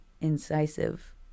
incisive